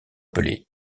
appelée